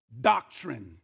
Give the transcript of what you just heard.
doctrine